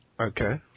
Okay